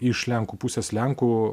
iš lenkų pusės lenkų